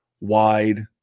wide